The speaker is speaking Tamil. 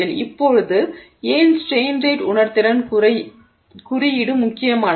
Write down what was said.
இப்போது ஏன் ஸ்ட்ரெய்ன் ரேட் உணர்திறன் குறியீடு முக்கியமானது